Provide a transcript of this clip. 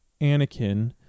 anakin